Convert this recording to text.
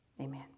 Amen